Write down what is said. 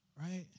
right